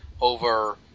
over